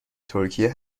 ترکیه